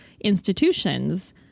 institutions